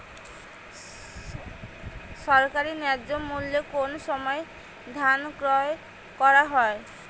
সরকারি ন্যায্য মূল্যে কোন সময় ধান ক্রয় করা হয়?